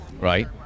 right